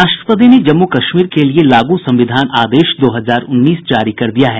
राष्ट्रपति ने जम्मू कश्मीर के लिए लागू संविधान आदेश दो हजार उन्नीस जारी कर दिया है